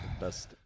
best